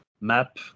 map